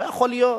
לא יכול להיות.